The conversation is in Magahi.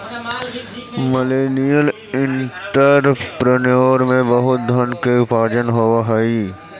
मिलेनियल एंटरप्रेन्योर में बहुत धन के उपार्जन होवऽ हई